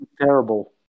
terrible